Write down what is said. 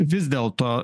vis dėlto